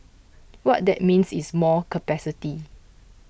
what that means is more capacity